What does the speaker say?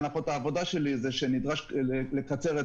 אם בסקר הם חשבו שהם יעברו לגז טבעי,